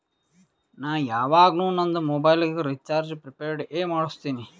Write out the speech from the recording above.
ನಾ ಯವಾಗ್ನು ನಂದ್ ಮೊಬೈಲಗ್ ರೀಚಾರ್ಜ್ ಪ್ರಿಪೇಯ್ಡ್ ಎ ಮಾಡುಸ್ತಿನಿ